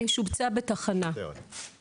<< יור >> פנינה תמנו (יו"ר הוועדה לקידום מעמד